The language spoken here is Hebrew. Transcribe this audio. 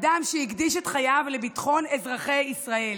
אדם שהקדיש את חייו לביטחון אזרחי ישראל.